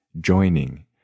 joining